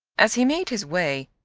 as he made his way,